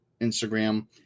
Instagram